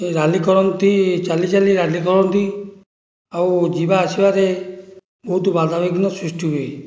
rally କରନ୍ତି ଚାଲି ଚାଲି ରାଲି କରନ୍ତି ଆଉ ଯିବା ଆସିବାରେ ବହୁତ ବାଧା ବିଘ୍ନ ସୃଷ୍ଟି ହୁଏ